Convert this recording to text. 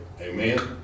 Amen